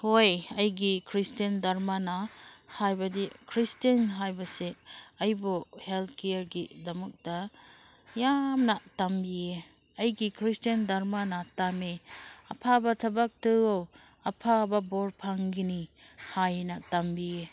ꯍꯣꯏ ꯑꯩꯒꯤ ꯈ꯭ꯔꯤꯁꯇꯤꯌꯟ ꯙꯔꯃꯅ ꯍꯥꯏꯕꯗꯤ ꯈ꯭ꯔꯤꯁꯇꯤꯌꯟ ꯍꯥꯏꯕꯁꯦ ꯑꯩꯕꯨ ꯍꯦꯜꯠ ꯀꯦꯌꯥꯔꯒꯤꯗꯃꯛꯇ ꯌꯥꯝꯅ ꯇꯝꯕꯤꯌꯦ ꯑꯩꯒꯤ ꯈ꯭ꯔꯤꯁꯇꯤꯌꯟ ꯙꯔꯃꯅ ꯇꯝꯃꯤ ꯑꯐꯕ ꯊꯕꯛꯇꯨ ꯑꯐꯕ ꯕꯣꯔ ꯐꯪꯒꯅꯤ ꯍꯥꯏꯅ ꯇꯝꯕꯤꯌꯦ